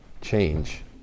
change